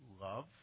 love